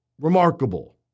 Remarkable